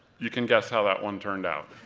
you can guess how that one turned out.